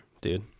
dude